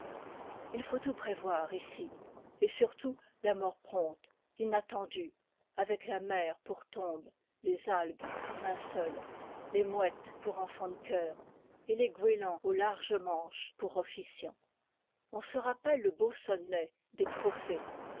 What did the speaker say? il faut tout prévoir ici et surtout la mort prompte inat tendue avec la mer pour tombe les algues pour linceul les mouettes pour enfants de chœur et les goélands aux larges manches pour officiants on se rappelle le beau sonnet des trophées